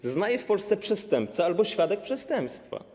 Zeznaje w Polsce przestępca albo świadek przestępstwa.